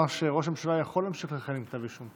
שראש הממשלה יכול להמשיך לכהן עם כתב אישום.